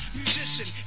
musician